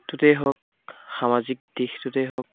টোতেই হওক সামাজিক দিশটোতেই হওক